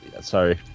sorry